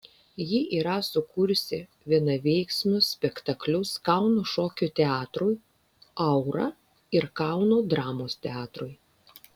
ji yra sukūrusi vienaveiksmius spektaklius kauno šokio teatrui aura ir kauno dramos teatrui